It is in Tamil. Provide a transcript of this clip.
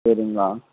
சரிங்ண்ணா